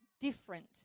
different